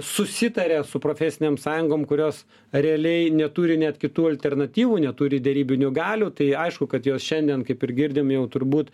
susitaria su profesinėm sąjungom kurios realiai neturi net kitų alternatyvų neturi derybinių galių tai aišku kad jos šiandien kaip ir girdim jau turbūt